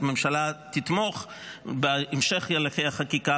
הממשלה תתמוך בהמשך הליכי החקיקה,